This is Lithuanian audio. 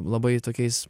labai tokiais